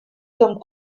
comme